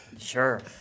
Sure